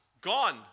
gone